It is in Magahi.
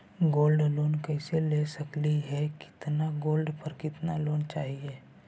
गोल्ड लोन कैसे ले सकली हे, कितना गोल्ड पर कितना लोन चाही?